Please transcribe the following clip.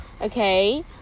okay